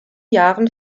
jahren